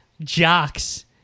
jocks